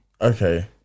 Okay